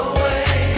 away